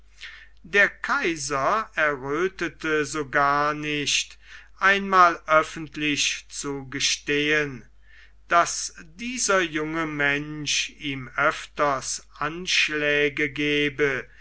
der kaiser erröthete sogar nicht einmal öffentlich zu gestehen daß dieser junge mensch ihm öfters anschläge gebe